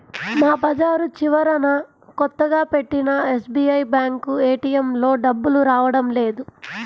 మా బజారు చివరన కొత్తగా పెట్టిన ఎస్బీఐ బ్యేంకు ఏటీఎంలో డబ్బులు రావడం లేదు